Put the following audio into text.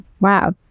Wow